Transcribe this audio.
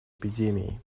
эпидемией